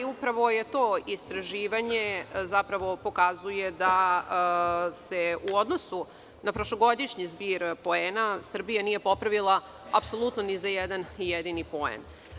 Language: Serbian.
Upravo to istraživanje pokazuje da se u odnosu na prošlogodišnji zbir poena Srbija nije popravila apsolutno ni za jedan jedini poen.